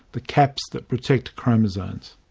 the caps that protect chromosomes.